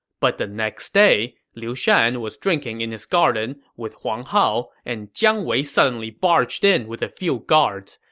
but the next day, though, liu shan was drinking in his garden with huang hao, and jiang wei suddenly barged in with a few guards.